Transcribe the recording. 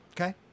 Okay